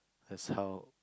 that's how